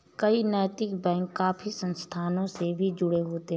कई नैतिक बैंक काफी संस्थाओं से भी जुड़े होते हैं